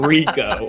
Rico